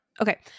Okay